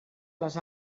les